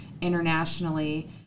internationally